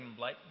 light